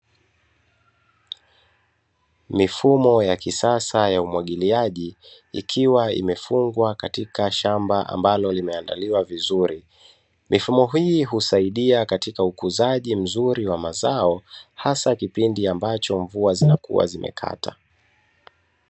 Mifumo ya kisasa ya umwagiliaji ikiwa imefungwa katika shamba ambalo limeandaliwa vizuri, mifumo hii husaidia katika ukuzaji mzuri wa mazao, hasa kipindi ambacho mvua zinakuwa zimekata.